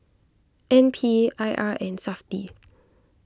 N P I R and SAFTI